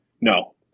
No